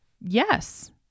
yes